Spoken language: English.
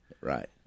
Right